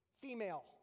female